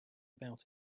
about